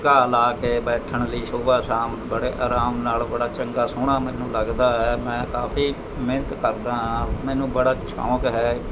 ਘਾਹ ਲਾ ਕੇ ਬੈਠਣ ਲਈ ਸੁਬਾਹ ਸ਼ਾਮ ਬੜੇ ਆਰਾਮ ਨਾਲ਼ ਬੜਾ ਚੰਗਾ ਸੋਹਣਾ ਮੈਨੂੰ ਲੱਗਦਾ ਹੈ ਮੈਂ ਕਾਫੀ ਮਿਹਨਤ ਕਰਦਾ ਹਾਂ ਮੈਨੂੰ ਬੜਾ ਸ਼ੌਂਕ ਹੈ